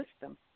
system